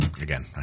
Again